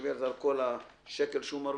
תחשבי על כל השקלים הבודדים שהוא מרוויח,